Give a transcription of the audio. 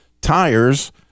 tires